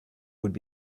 would